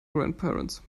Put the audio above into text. grandparents